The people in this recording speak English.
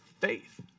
Faith